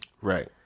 Right